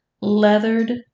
leathered